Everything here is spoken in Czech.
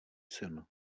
sen